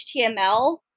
HTML